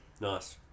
Nice